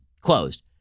closed